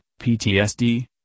PTSD